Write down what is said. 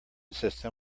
system